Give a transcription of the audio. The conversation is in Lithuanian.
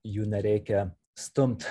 jų nereikia stumt